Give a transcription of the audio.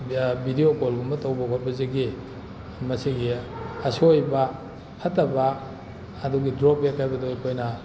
video ꯀꯣꯜꯒꯨꯝꯕ ꯇꯧꯕ ꯈꯣꯠꯄꯁꯤꯒꯤ ꯃꯁꯤꯒꯤ ꯑꯁꯣꯏꯕ ꯐꯠꯇꯕ ꯑꯗꯨꯒꯤ ꯗ꯭ꯔꯣꯕꯦꯛ ꯍꯥꯏꯕꯗꯣ ꯑꯩꯈꯣꯏꯅ